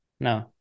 No